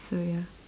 so ya